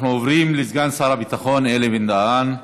אנחנו עוברים לסגן שר הביטחון אלי בן-דהן,